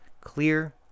clear